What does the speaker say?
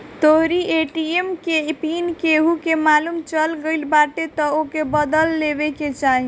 तोहरी ए.टी.एम के पिन केहू के मालुम चल गईल बाटे तअ ओके बदल लेवे के चाही